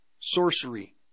sorcery